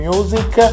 Music